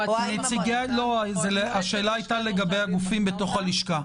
המועצה- -- השאלה היתה לגבי הגופים בתוך הלשכה.